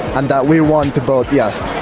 and that we want to vote yes.